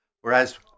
Whereas